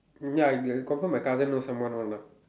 ya he confirm my cousin know someone one lah